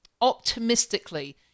optimistically